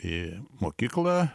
į mokyklą